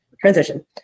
transition